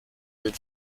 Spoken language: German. den